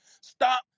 Stop